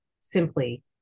simply